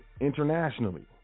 internationally